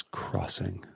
crossing